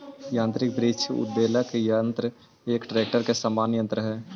यान्त्रिक वृक्ष उद्वेलक यन्त्र एक ट्रेक्टर के समान यन्त्र हई